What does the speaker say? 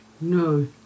no